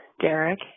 Derek